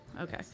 Okay